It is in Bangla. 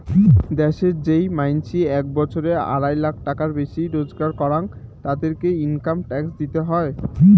দ্যাশের যেই মানসি এক বছরে আড়াই লাখ টাকার বেশি রোজগার করাং, তাদেরকে ইনকাম ট্যাক্স দিতে হই